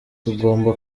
tugomba